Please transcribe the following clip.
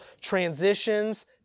transitions